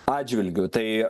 atžvilgiu tai